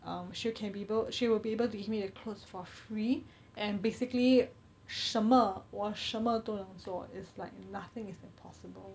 um she can be able she will be able to give me the clothes for free and basically 什么我什么都能做 it's like nothing is impossible